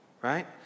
Right